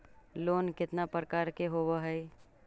Loan केतना प्रकार के होव हइ?